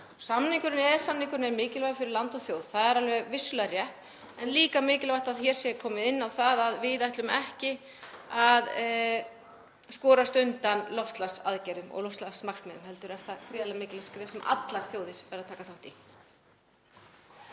mikilvægt. EES-samningurinn er mikilvægur fyrir land og þjóð. Það er vissulega rétt en líka brýnt að hér sé komið inn á það að við ætlum ekki að skorast undan loftslagsaðgerðum og loftslagsmarkmiðum heldur er það gríðarlega mikilvægt skref sem allar þjóðir verða að taka þátt í.